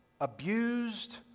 abused